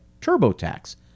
TurboTax